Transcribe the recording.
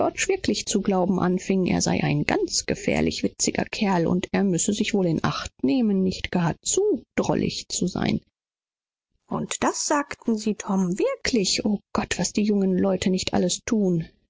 zu glauben begann er sei ein höchst gefährlich witziger mensch und daß er wohl acht geben müsse auf was er spreche und das haben sie tom gesagt haben sie o herr was die jugend nicht alles thut